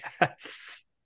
yes